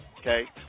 okay